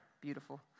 Beautiful